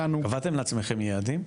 קבעתם לעצמכם יעדים?